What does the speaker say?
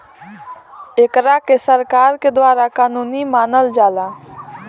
एकरा के सरकार के द्वारा कानूनी मानल जाला